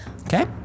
Okay